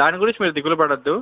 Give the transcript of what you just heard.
దాని గురించి మీరు దిగులు పడద్దు